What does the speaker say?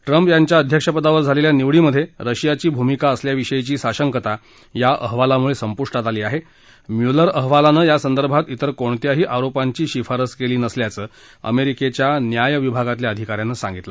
Trump यांच्या राष्ट्राध्यक्षपदावर झालखा निवडीमध्य रशियाची भूमिका असल्याविषयीची साशंकता या अहवालामुळखिंपुष्टात आली आह म्युलर अहवालानखिंसंदर्भात इतर कोणत्याही आरोपांची शिफारस कल्ली नसल्याचं अमरिक्ख्या न्याय विभागातल्या अधिकाऱ्यानं सांगितलं